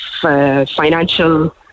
financial